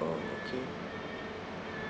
oh okay